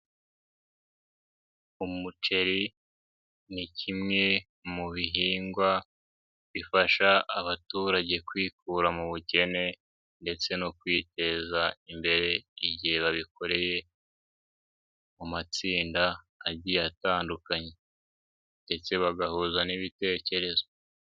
Umuceri ni kimwe mu bihingwa bifasha abaturage kwikura mu bukene, ndetse no kwiteza imbere igihe babikoreye mu matsinda agiye atandukanye, ndetse bagahuza n'ibitekerezo.